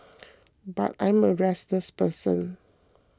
but I'm a restless person